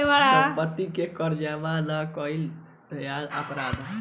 सम्पत्ति के कर जामा ना कईल जघन्य अपराध ह